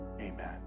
Amen